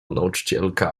nauczycielka